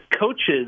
coaches